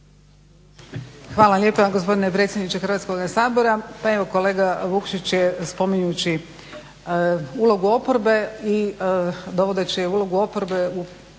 Hvala lijepa gospodine predsjedniče Hrvatskoga sabora.